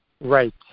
Right